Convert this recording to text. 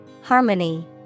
Harmony